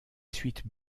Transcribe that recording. suites